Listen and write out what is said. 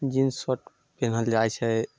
jeans shirt पीनहल जाइ छै